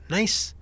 nice